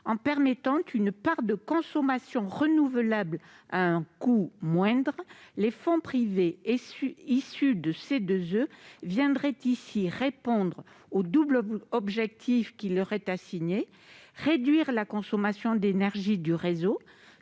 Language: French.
En permettant une part de consommation renouvelable à un coût moindre, les fonds privés issus de C2E viendraient ici répondre au double objectif qui leur est assigné : réduire la consommation d'énergie du réseau